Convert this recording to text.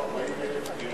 שהיו 40,000 דירות